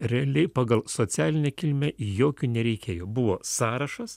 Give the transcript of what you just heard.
realiai pagal socialinę kilmę jokių nereikėjo buvo sąrašas